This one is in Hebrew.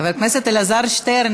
חבר הכנסת אלעזר שטרן,